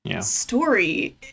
story